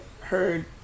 heard